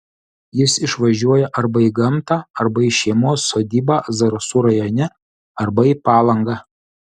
jis išvažiuoja arba į gamtą arba į šeimos sodybą zarasų rajone arba į palangą